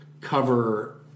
cover